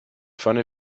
funny